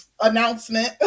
announcement